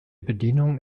bedienung